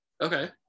Okay